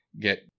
get